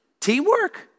Teamwork